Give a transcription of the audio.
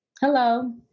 Hello